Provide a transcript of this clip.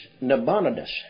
Nabonidus